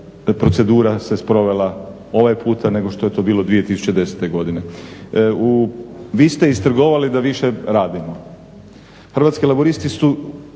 procedura se sprovela ovaj puta nego što je to bilo 2010.godine. Vi ste istrgovali da više radimo. Hrvatski laburisti su